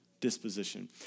disposition